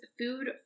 food